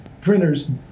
printers